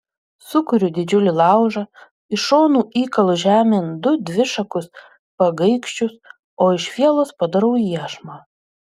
sukuriu didžiulį laužą iš šonų įkalu žemėn du dvišakus pagaikščius o iš vielos padarau iešmą